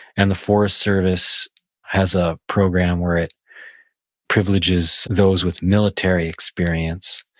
and the forest service has a program where it privileges those with military experience.